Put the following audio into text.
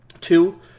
Two